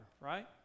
right